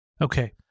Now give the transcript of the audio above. Okay